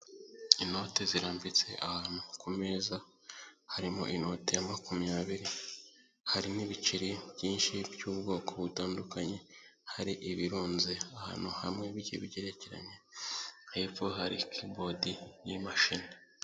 Inoti zirambitse ahantu ku meza, harimo inoti ya makumyabiri hari n'ibiceri byinshi by'ubwoko butandukanye, hari ibirunze ahantu hamwe bigiye bigerekeranye, hepfo hari kebodi y'imashini.